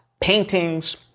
paintings